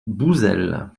bouzel